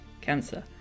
cancer